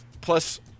Plus